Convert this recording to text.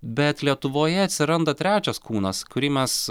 bet lietuvoje atsiranda trečias kūnas kurį mes